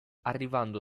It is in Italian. arrivando